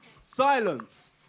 Silence